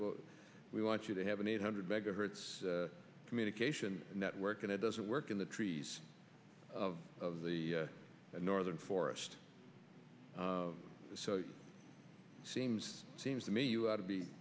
we want you to have an eight hundred megahertz communication network and it doesn't work in the trees of of the northern forest so it seems seems to me you ought to